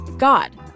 God